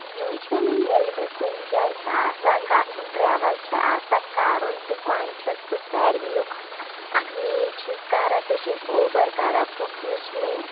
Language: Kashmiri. یوٗجؤلی ییٚلہِ مےٚ کُنہِ جاے چھِ آسان گژھُن ٹرٛیوٕل چھِ آسان کَرُن تہٕ گۄڈٕنٮ۪تھ چھٮ۪س بہٕ ساروِیو کھۄتہٕ اَکھ مین چیٖز کَران بہٕ چھٮ۪س اوبَر کَران بُک یُس مےٚ